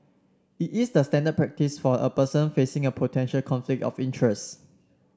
it is the standard practice for a person facing a potential conflict of interest